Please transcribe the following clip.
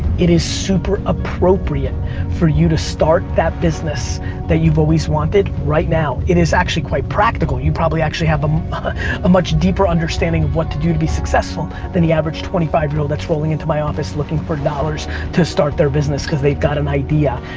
it is super appropriate for you to start that business that you've always wanted right now. it is actually quite practical you probably have ah a much deeper understanding of what to do to be successful than the average twenty five year old that's rolling into my office looking for dollars to start their business cause they've got an idea.